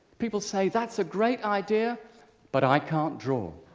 people say, that's a great idea but i can't draw.